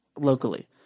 locally